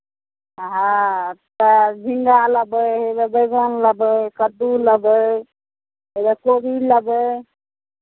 हँ तऽ झिङ्गा लेबै हैआ बैगन लेबै कद्दू लेबै हैआ कोबी लेबै